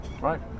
Right